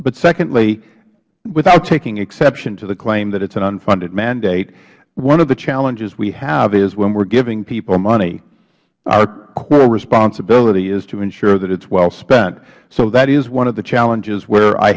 but secondly without taking exception to the claim that it is an unfunded mandate one of the challenges we have is that when we are giving people money our core responsibility is to ensure that it is well spent so that is one of the challenges where i